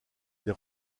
des